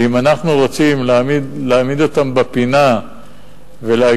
ואם אנחנו רוצים להעמיד אותם בפינה ולהגיד,